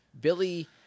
Billy